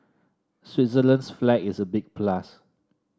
Switzerland's flag is a big plus